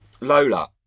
lola